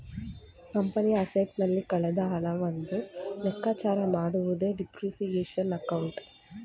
ಕಂಪನಿಯ ಅಸೆಟ್ಸ್ ನಲ್ಲಿ ಕಳೆದ ಹಣವನ್ನು ಲೆಕ್ಕಚಾರ ಮಾಡುವುದೇ ಡಿಪ್ರಿಸಿಯೇಶನ್ ಅಕೌಂಟ್